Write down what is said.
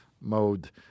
mode